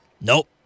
Nope